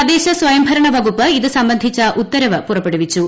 തദ്ദേശസ്വയംഭരണ വകുപ്പ് ഇതുസംബന്ധിച്ച ഉത്തരവ് പുറപ്പെടുവിച്ചു